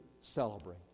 celebrate